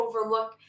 overlook